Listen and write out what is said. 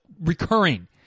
recurring